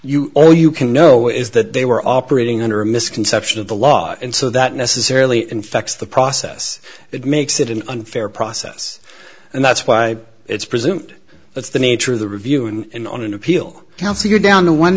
you know you can know is that they were operating under a misconception of the law and so that necessarily infects the process that makes it an unfair process and that's why it's presumed it's the nature of the review and on an appeal to your down the one